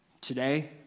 Today